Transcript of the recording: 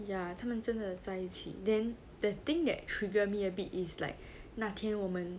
ya 他们真的在一起 then that thing that trigger me a bit is like 那天我们